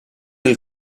del